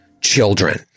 children